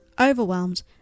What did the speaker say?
overwhelmed